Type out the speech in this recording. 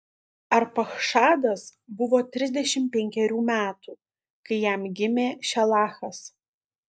arpachšadas buvo trisdešimt penkerių metų kai jam gimė šelachas